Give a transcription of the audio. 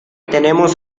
tenemos